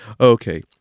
Okay